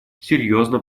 серьезно